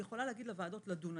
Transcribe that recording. היא יכולה להגיד לוועדות לדון,